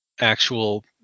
actual